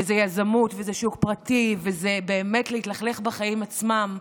זה יזמות ושוק פרטי וזה באמת להתלכלך בחיים עצמם,